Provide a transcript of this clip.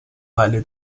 weile